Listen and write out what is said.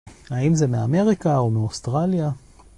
האם זה מאמריקה או מאוסטרליה?